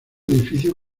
edificio